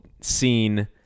scene